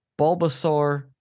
bulbasaur